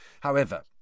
However